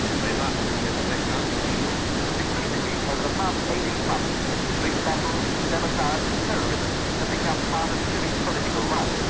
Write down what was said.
ray martin has the background from new york. increasingly, over the past eighteen months, street but sabotage and terrorism have become part of chile's political life,